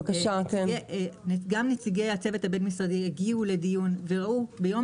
גם נציגי הצוות הבין-משרדי הגיעו לדיון וראו ביום